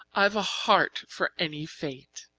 i've a heart for any fate